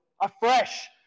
afresh